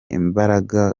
imbaraga